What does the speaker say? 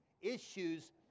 issues